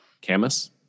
Camus